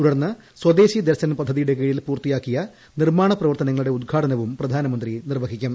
തുടർന്ന് സ്വദേശി ദർശൻ പദ്ധതീയുടെ കീഴിൽ പൂർത്തിയാക്കിയ നിർമാണ പ്രവർത്തനങ്ങളുടെ ഉദ്ഘാടനവും പ്രധാനമന്ത്രി നിർവ്വഹിക്കും